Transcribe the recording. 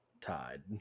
tied